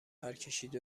پرکشید